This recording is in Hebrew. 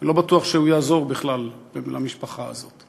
לא בטוח שהוא יעזור בכלל למשפחה הזאת.